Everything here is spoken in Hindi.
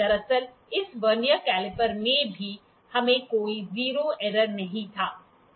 दरअसल इस वर्नियर कैलिपर में भी हमें कोई 0 एरर नहीं था